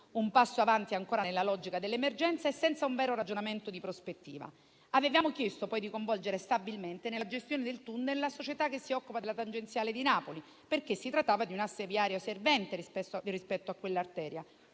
un passo in avanti ancora nella logica dell'emergenza e senza un vero ragionamento di prospettiva. Avevamo chiesto di coinvolgere stabilmente nella gestione del tunnel la società che si occupa della tangenziale di Napoli, perché si trattava di un'asse viario servente rispetto a quell'arteria.